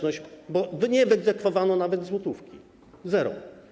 Nie wyegzekwowano nawet złotówki - zero.